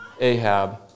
Ahab